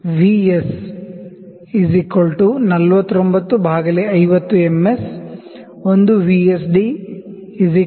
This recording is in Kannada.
V S 4950 M S 1 V S D 0